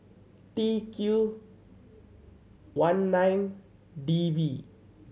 T Q one nine D V